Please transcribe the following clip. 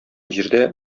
җирдә